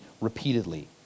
repeatedly